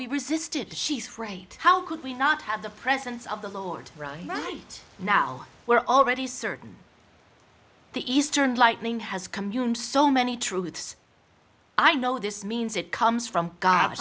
we resisted she's afraid how could we not have the presence of the lord right right now we're already certain the eastern lightning has communed so many truths i know this means it comes from god